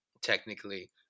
technically